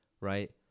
right